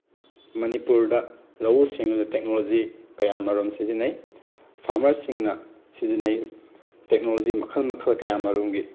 ꯃꯅꯤꯄꯨꯔꯗ ꯂꯧꯎ ꯁꯤꯡꯎ ꯇꯦꯛꯅꯣꯂꯣꯖꯤ ꯀꯌꯥ ꯑꯃꯔꯣꯝ ꯁꯤꯖꯤꯟꯅꯩ ꯐꯥꯔꯃꯔꯁꯤꯡꯅ ꯁꯤꯖꯤꯟꯅꯩ ꯇꯦꯛꯅꯣꯂꯣꯖꯤ ꯃꯈꯜ ꯃꯈꯜ ꯀꯌꯥ ꯑꯃꯔꯣꯝꯒꯤ